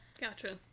Gotcha